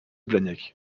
blagnac